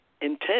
intent